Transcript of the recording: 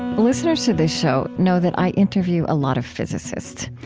but listeners to this show know that i interview a lot of physicists.